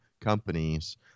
companies